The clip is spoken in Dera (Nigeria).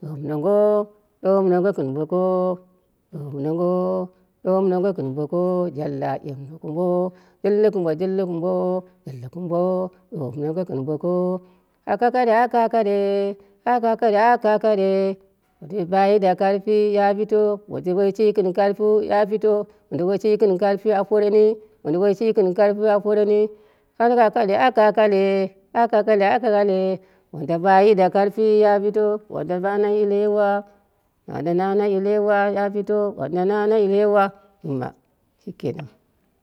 ɗoɓi nongo ɗoɓɨ nongo gɨn boko ɗoɓɨ nongo dobɨ nongo gɨn boko jalla jalla nongo ɗoɓɨ nongo gɨn boko akakre akakre akakre akakare wanda yana da karpo ya pito wanda woishi gɨn karpiu ya pito wanda woshi gɨn karpiu aporeni wanda woi shi gɨn karpiu a poreni akakare akakare akakare akakare wanda bayi da karpi ya pito anan yilaiwa ya pito, ana na yilai wa ya pito